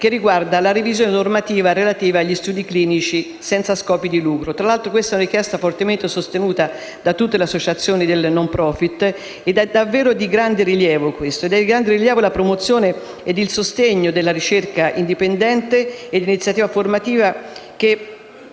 che riguarda la revisione normativa relativa agli studi clinici senza scopi di lucro. Tra l'altro, questa è una richiesta fortemente sostenuta da tutte le associazioni del *non profit*. È davvero di grande rilievo la promozione e il sostegno della ricerca indipendente e dell'iniziativa formativa che